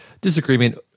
disagreement